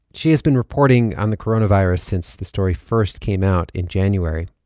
she has been reporting on the coronavirus since the story first came out in january,